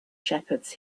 shepherds